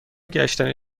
گشتن